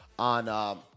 On